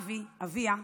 אבי, אביה,